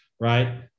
right